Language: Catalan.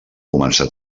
començar